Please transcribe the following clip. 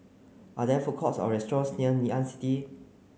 are there food courts or restaurants near Ngee Ann City